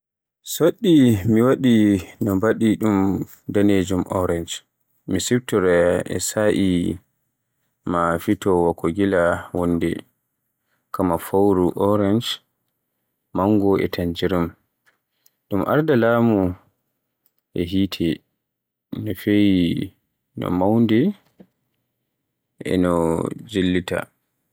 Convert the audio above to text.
Soɗɗi mi waɗi no mbaɗi ɗum danejum orang. Mi siftoroya sa’ayi maa fitowa ko gila wulnde. Kama fowru orange, mango, e tangerine. Dum arda laamu e hiite, no feƴƴi, no newnude e no njillita.